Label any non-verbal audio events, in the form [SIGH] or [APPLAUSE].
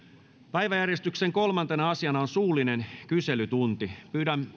päiväjärjestyksen kolmantena asiana on suullinen kyselytunti pyydän [UNINTELLIGIBLE]